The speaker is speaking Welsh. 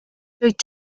dwyt